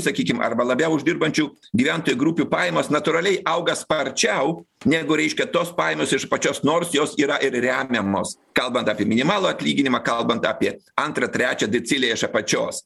sakykim arba labiau uždirbančių gyventojų grupių pajamos natūraliai auga sparčiau negu reiškia tos pajamos iš apačios nors jos yra ir remiamos kalbant apie minimalų atlyginimą kalbant apie antrą trečią decilį iš apačios